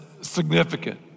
significant